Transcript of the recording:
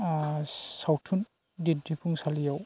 आ सावथुन दिनथिफुंसालियाव